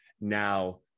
Now